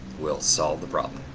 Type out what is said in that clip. will solve the problem.